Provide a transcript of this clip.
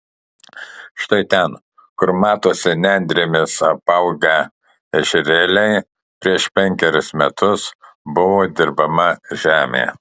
štai ten kur matosi nendrėmis apaugę ežerėliai prieš penkerius metus buvo dirbama žemė